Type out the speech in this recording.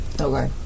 Okay